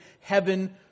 heaven